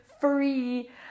free